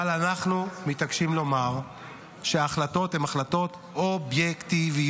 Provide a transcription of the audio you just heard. אבל אנחנו מתעקשים לומר שההחלטות הן החלטות אובייקטיביות.